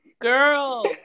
girl